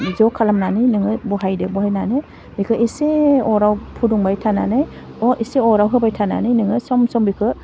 ज' खालामनानै नोङो बहायदो बहायनानै बेखौ एसे अराव फुदुंबाय थानानै अह एसे अराव होबाय थानानै नोङो सम सम बेखौ